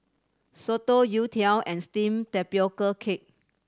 soto youtiao and steamed tapioca cake